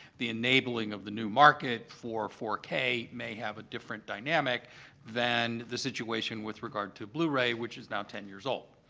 the enabling of the new market for four k may have a different dynamic than the situation with regard to blu-ray, which is now ten years old.